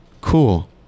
Cool